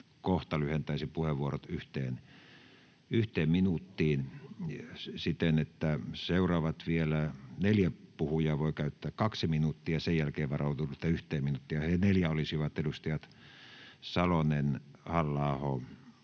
kohta lyhentäisin puheenvuorot 1 minuuttiin, siten, että vielä seuraavat neljä puhujaa voivat käyttää 2 minuuttia ja sen jälkeen varaudutte 1 minuuttiin. He neljä olisivat edustajat Salonen, Halla-aho,